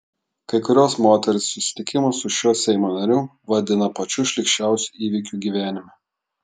kai kurios moterys susitikimą su šiuo seimo nariu vadina pačiu šlykščiausiu įvykiu gyvenime